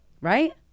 right